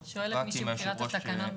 אמרת שלא יכול להיות שהשר לביטחון פנים